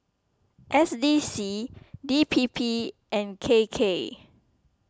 S D C D P P and K K